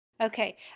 Okay